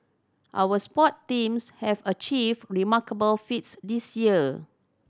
our sport teams have achieved remarkable feats this year